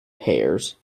pears